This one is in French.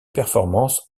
performance